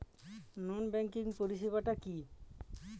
নন banking পরিষেবা টা কি?